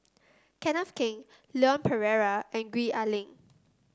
Kenneth Keng Leon Perera and Gwee Ah Leng